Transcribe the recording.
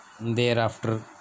thereafter